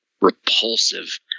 repulsive